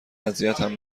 اذیتم